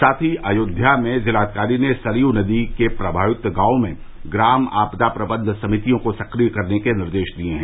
साथ ही अयोध्या में जिलाविकारी ने सरयू नदी के प्रभावित गांवों में ग्राम आपदा प्रबन्ध समितियों को सक्रिय करने के निर्देश दिये है